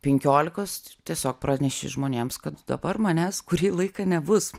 penkiolikos tiesiog praneši žmonėms kad dabar manęs kurį laiką nebus